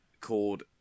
called